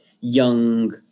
young